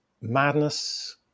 Madness